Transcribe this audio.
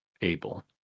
able